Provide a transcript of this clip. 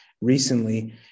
recently